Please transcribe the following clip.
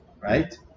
right